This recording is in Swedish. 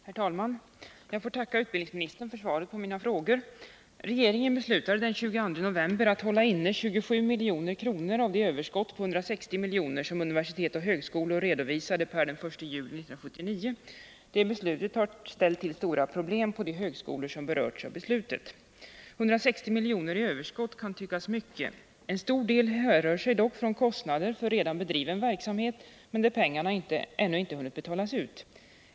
Herr talman! Jag får tacka utbildningsministern för svaret på mina frågor. Regeringen beslutade den 22 november att hålla inne 27 milj.kr. av de överskott på 160 milj.kr. som universitet och högskolor redovisade per den 1 juli 1979. Detta beslut har ställt till stora problem för de högskolor som berörs av beslutet. 160 miljoner i överskott kan tyckas vara mycket. En stor del härrör sig dock från kostnader för redan bedriven verksamhet som ännu inte hunnit betalas ut.